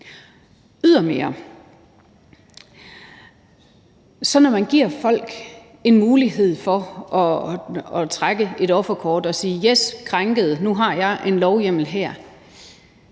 jeg sige, at man giver folk en mulighed for at trække et offerkort og sige: Yes, jeg er krænket! Nu har jeg en lovhjemmel her.